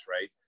right